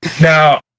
now